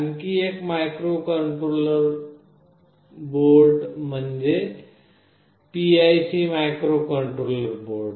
आणखी एक microcontroller board म्हणजे PIC मायक्रोकंट्रोलर बोर्ड